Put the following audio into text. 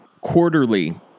quarterly